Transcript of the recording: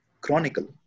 chronicle